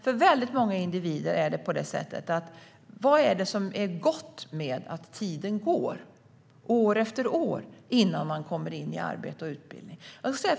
För väldigt många individer gäller: Vad är gott med att tiden går, år efter år, innan de kommer in i arbete och utbildning?